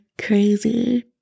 crazy